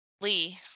Lee